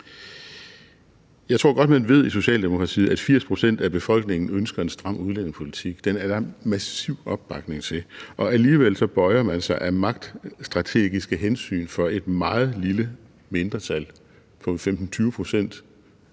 Jeg tror godt, at man ved i Socialdemokratiet, at 80 pct. af befolkningen ønsker en stram udlændingepolitik. Den er der massiv opbakning til. Alligevel bøjer man sig af magtstrategiske hensyn for et meget lille mindretal på 15-20